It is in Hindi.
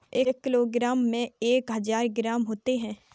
एक किलोग्राम में एक हजार ग्राम होते हैं